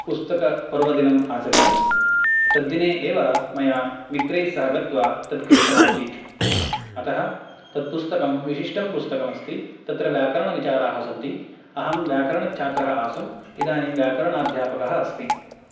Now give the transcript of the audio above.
पुस्तकपर्वदिनम् आचरितं तद्दिने एव मया मित्रैस्सह गत्वा तत् क्रीतम् आसीत् अतः तत् पुस्तकं विशिष्टं पुस्तकम् अस्ति तत्र व्याकरणविचाराः सन्ति अहं व्याकरणछात्रः आसम् इदानीम् व्याकरणाध्यापकः अस्मि